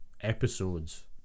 episodes